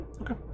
Okay